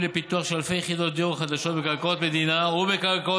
לפיתוח של אלפי יחידות דיור חדשות בקרקעות מדינה ובקרקעות